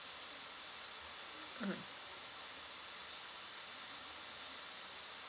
mm